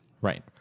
Right